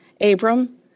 Abram